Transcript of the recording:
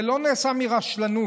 זה לא נעשה מרשלנות,